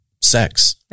sex